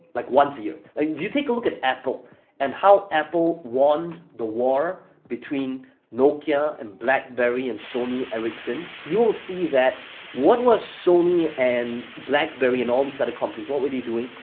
like, once a year. like, if you take a look at apple and how apple won the war between nokia and blackberry and sony ericsson, you will see that what was sony and blackberry and all these other companies, what were they doing?